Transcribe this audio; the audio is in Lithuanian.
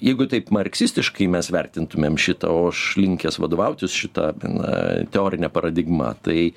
jeigu taip marksistiškai mes vertintumėm šitą o aš linkęs vadovautis šita teorine paradigma tai